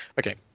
Okay